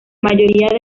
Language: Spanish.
mayoría